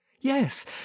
Yes